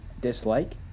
dislike